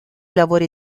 lavori